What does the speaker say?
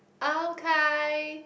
okay